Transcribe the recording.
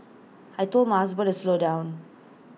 I Told my husband to slow down